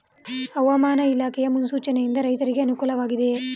ಹವಾಮಾನ ಇಲಾಖೆ ಮುನ್ಸೂಚನೆ ಯಿಂದ ರೈತರಿಗೆ ಅನುಕೂಲ ವಾಗಿದೆಯೇ?